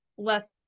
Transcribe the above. less